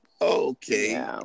Okay